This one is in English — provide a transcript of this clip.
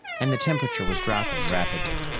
and the temperature was dropping rapidly.